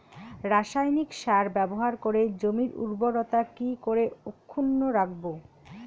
রাসায়নিক সার ব্যবহার করে জমির উর্বরতা কি করে অক্ষুণ্ন রাখবো